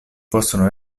possono